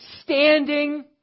standing